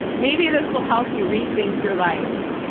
maybe this will help you rethink your life,